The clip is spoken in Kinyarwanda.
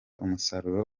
umusaruro